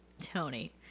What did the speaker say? Tony